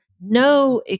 No